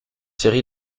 série